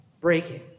breaking